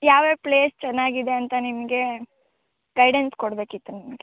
ಯಾವ್ಯಾವ ಪ್ಲೇಸ್ ಚೆನ್ನಾಗಿದೆ ಅಂತ ನಿಮಗೆ ಗೈಡೆನ್ಸ್ ಕೊಡಬೇಕಿತ್ತು ನಿಮಗೆ